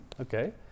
Okay